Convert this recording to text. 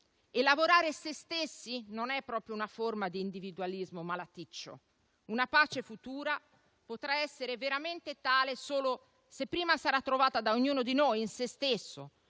Lavorare su sé stessi non è proprio una forma di individualismo malaticcio. Una pace futura potrà essere veramente tale solo se prima sarà trovata da ognuno di noi in se stesso,